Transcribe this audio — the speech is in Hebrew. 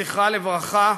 זכרה לברכה,